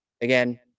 again